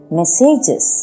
messages